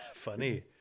Funny